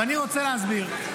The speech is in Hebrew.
אני רוצה להסביר.